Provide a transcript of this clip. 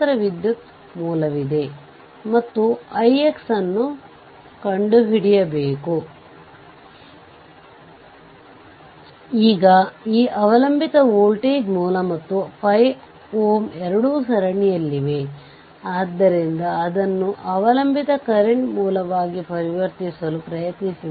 ವಿದ್ಯುತ್ ಮೂಲವು ತೆರೆದಿರಬೇಕು ಮತ್ತು ಈ ವೋಲ್ಟೇಜ್ ಮೂಲವನ್ನು ಷಾರ್ಟ್ ಮಾಡಬೇಕು ಆಗ ಮಾತ್ರ ಆ ಸಮಾನ ಸರ್ಕ್ಯೂಟ್ ಪಡೆಯಬಹುದು